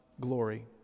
glory